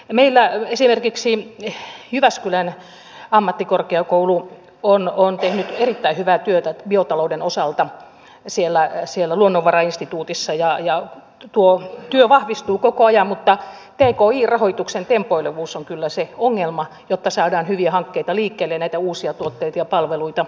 meillä esimerkiksi jyväskylän ammattikorkeakoulu on tehnyt erittäin hyvää työtä biotalouden osalta siellä luonnonvarainstituutissa ja tuo työ vahvistuu koko ajan mutta tki rahoituksen tempoilevuus on kyllä se ongelma kun pitäisi saada hyviä hankkeita liikkeelle ja näitä uusia tuotteita ja palveluita luotua